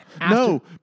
No